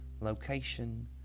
Location